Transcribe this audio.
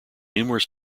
numerous